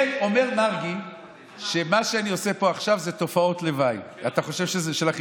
אומר מרגי שמה שאני עושה פה עכשיו זה תופעת לוואי של החיסון.